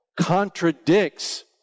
contradicts